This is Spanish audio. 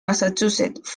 massachusetts